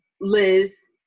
Liz